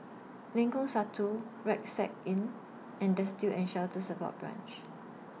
Lengkong Satu Rucksack Inn and Destitute and Shelter Support Branch